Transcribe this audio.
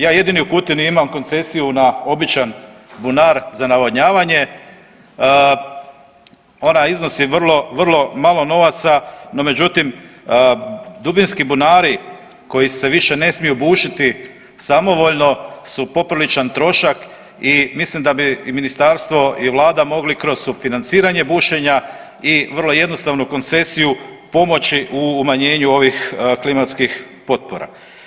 Ja jedini u Kutini imam koncesiju na običan bunar za navodnjavanje, onaj iznos je vrlo malo novaca, no međutim dubinski bunari koji se više ne smiju bušiti samovoljno su popriličan trošak i mislim da bi i ministarstvo i Vlada mogli kroz sufinanciranje bušenja i vrlo jednostavnu koncesiju pomoći u umanjenju ovih klimatskih potpora.